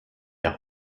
der